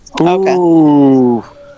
Okay